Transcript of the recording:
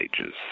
Ages